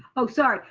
oh, sorry.